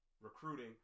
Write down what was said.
Recruiting